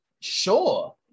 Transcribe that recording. sure